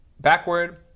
backward